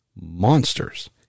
monsters